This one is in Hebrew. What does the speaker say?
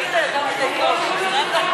איתן,